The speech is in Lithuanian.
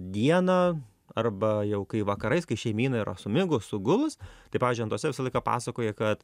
dieną arba jau kai vakarais kai šeimyna yra sumigus sugulus tai pavyžiui antosia visą laiką pasakoja kad